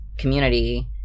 community